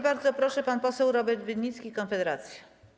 bardzo proszę, pan poseł Robert Winnicki, Konfederacja.